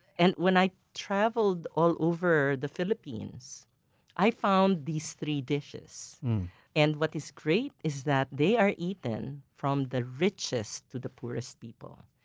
and when i traveled all over the philippines i found these three dishes and what is great is that they are eaten from the richest to the poorest people.